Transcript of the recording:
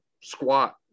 squat